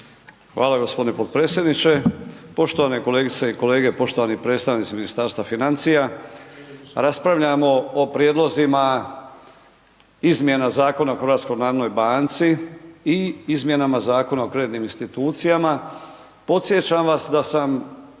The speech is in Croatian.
Hvala gospodine potpredsjedniče. Poštovane kolegice i kolege, poštovani predstavnici Ministarstva financija, raspravljamo o prijedlozima izmjena Zakona o HNB-u i izmjenama Zakona o kreditnim institucijama, podsjećam vas da sam